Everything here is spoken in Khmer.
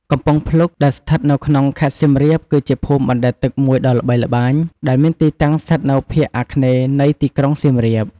កំពង់ភ្លុក ដែលស្ថិតនៅក្នុង ខេត្តសៀមរាប គឺជាភូមិបណ្ដែតទឹកមួយដ៏ល្បីល្បាញ ដែលមានទីតាំងស្ថិតនៅភាគអាគ្នេយ៍នៃទីក្រុងសៀមរាប។